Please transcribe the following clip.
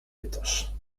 pytasz